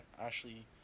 Ashley